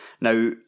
Now